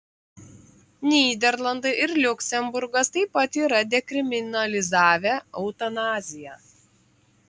nyderlandai ir liuksemburgas taip pat yra dekriminalizavę eutanaziją